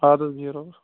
اَدٕ حظ بِہو رۄبس